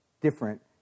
different